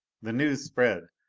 the news spread.